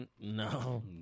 no